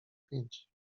pięć